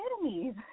enemies